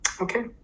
Okay